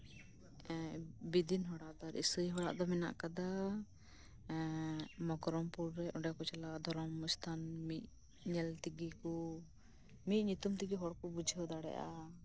ᱵᱤᱫᱤᱱ ᱦᱚᱲᱟᱜ ᱤᱥᱟᱹᱭ ᱦᱚᱲᱟᱜ ᱫᱚ ᱦᱮᱱᱟᱜ ᱠᱟᱫᱟ ᱢᱚᱠᱚᱨᱚᱢᱯᱩᱨ ᱨᱮ ᱫᱷᱚᱨᱚᱢ ᱥᱛᱷᱟᱱ ᱚᱸᱰᱮ ᱠᱚ ᱪᱟᱞᱟᱜᱼᱟ ᱢᱤᱫ ᱧᱩᱛᱩᱢ ᱛᱮᱜᱮ ᱦᱚᱲ ᱠᱚ ᱵᱩᱡᱷᱟᱹᱣ ᱫᱟᱲᱮᱭᱟᱜᱼᱟ